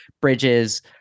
Bridges